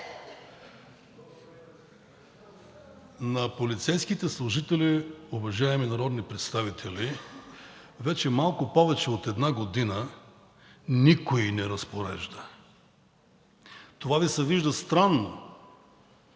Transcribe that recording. на полицейските служители, уважаеми народни представители, вече малко повече от една година никой не разпорежда. Това Ви се вижда странно,